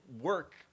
work